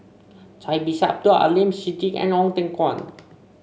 Cai Bixia Abdul Aleem Siddique and Ong Teng Koon